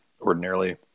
ordinarily